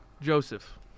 Joseph